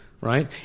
right